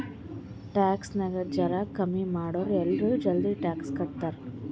tax ನಾಗ್ ಜರಾ ಕಮ್ಮಿ ಮಾಡುರ್ ಎಲ್ಲರೂ ಜಲ್ದಿ ಟ್ಯಾಕ್ಸ್ ಕಟ್ತಾರ್